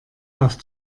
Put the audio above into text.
auf